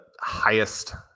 highest